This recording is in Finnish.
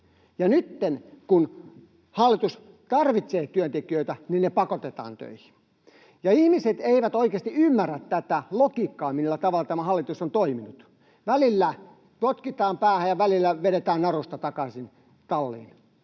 nyt, kun hallitus tarvitsee työntekijöitä, heidät pakotetaan töihin. Ihmiset eivät oikeasti ymmärrä tätä logiikkaa, millä tavalla tämä hallitus on toiminut. Välillä potkitaan päähän, ja välillä vedetään narusta takaisin talliin.